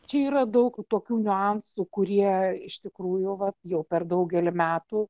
čia yra daug tokių niuansų kurie iš tikrųjų va jau per daugelį metų